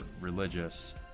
religious